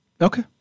Okay